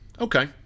Okay